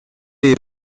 est